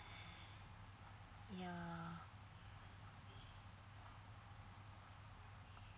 ya